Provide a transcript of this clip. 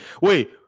Wait